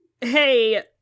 Hey